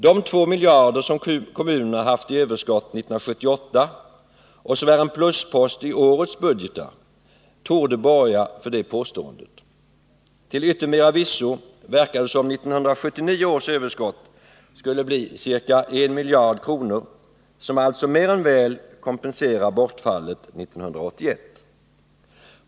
De två miljarder som kommunerna haft i överskott 1978 och som är en pluspost i årets budgetar torde borga för det påståendet. Till yttermera visso verkar det som om 1979 års överskott skulle bli ca 1 miljard kronor, som alltså mer än väl kompenserar bortfallet 1981.